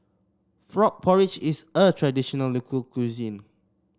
Frog Porridge is a traditional local cuisine